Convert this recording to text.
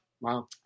Wow